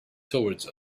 towards